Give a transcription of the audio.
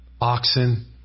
Oxen